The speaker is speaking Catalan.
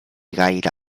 gaire